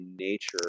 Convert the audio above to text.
nature